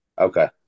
Okay